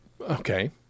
Okay